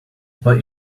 but